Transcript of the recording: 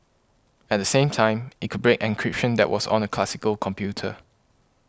at the same time it could break encryption that was on a classical computer